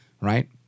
right